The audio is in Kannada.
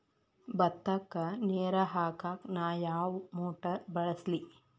ಭತ್ತಕ್ಕ ನೇರ ಹಾಕಾಕ್ ನಾ ಯಾವ್ ಮೋಟರ್ ಬಳಸ್ಲಿ?